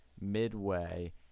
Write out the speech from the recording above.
midway